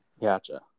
Gotcha